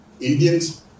Indians